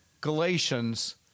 Galatians